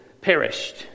perished